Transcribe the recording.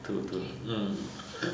to to